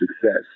success